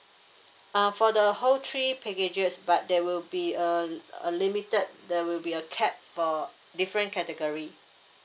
uh for the whole three packages but there will be a l~ a limited there will be a cap per different category